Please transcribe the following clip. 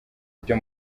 ibyo